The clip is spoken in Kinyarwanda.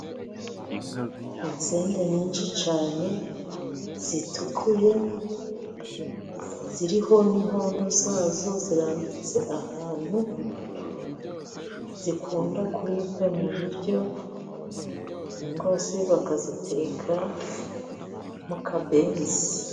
Insenda nyinshi cyane zitukuye ,ziriho n'inkondo zazo, zirambitse ahantu. Zikunda kuribwa mu biryo, cyangwa se bakaziteka mu kabenzi.